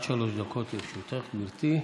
עד שלוש דקות לרשותך, גברתי.